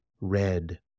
red